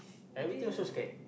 everything also scared